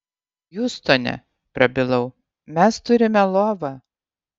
hjustone prabilau mes turime lovą